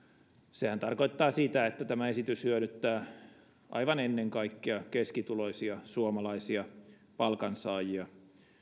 sehän tarkoittaa sitä että tämä esitys hyödyttää aivan ennen kaikkea keskituloisia suomalaisia palkansaajia